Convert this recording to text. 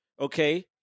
okay